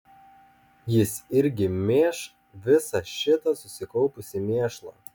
jis irgi mėš visą šitą susikaupusį mėšlą